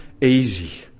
easy